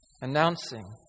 announcing